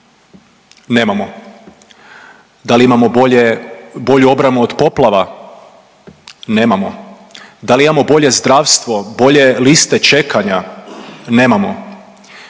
nemamo. Da li imamo bolju obranu od poplava, nemamo. Da li imao bolje zdravstvo, bolje liste čekanja, nemamo.